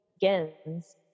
begins